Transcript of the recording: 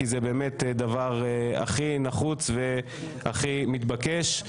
כי זה באמת דבר הכי נחוץ והכי מתבקש.